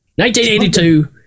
1982